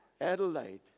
Adelaide